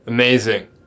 Amazing